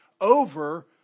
over